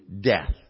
death